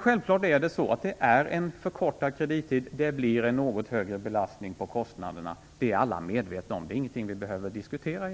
Självfallet blir det en förkortad kredittid. Det blir en något större belastning på kostnaderna. Det är vi alla medvetna om och egentligen inte något som vi behöver diskutera.